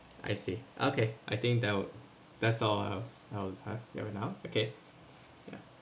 I see okay I think that would that's all I'll I'll have here right now okay yeah